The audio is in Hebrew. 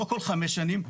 לא כל חמש שנים,